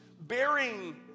bearing